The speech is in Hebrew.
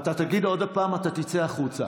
אתה תגיד עוד פעם, אתה תצא החוצה.